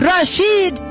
Rashid